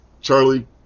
Charlie